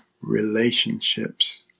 relationships